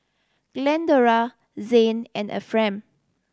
Glendora Zayne and Efrem